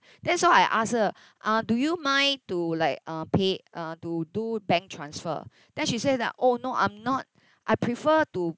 then so I ask her uh do you mind to like uh pay uh to do bank transfer then she say that oh no I'm not I prefer to